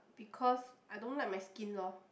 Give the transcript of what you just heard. because I don't like my skin loh